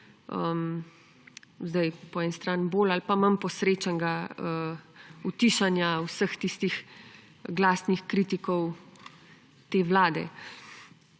nekega, po eni strani bolj ali pa manj posrečenega utišanja vseh tistih glasnih kritikov te vlade.